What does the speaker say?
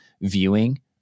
viewing